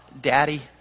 Daddy